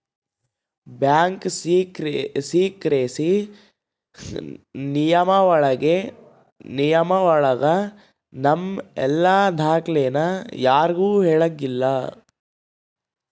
bank secrecy ನಿಯಮ ಒಳಗ ನಮ್ ಎಲ್ಲ ದಾಖ್ಲೆನ ಯಾರ್ಗೂ ಹೇಳಂಗಿಲ್ಲ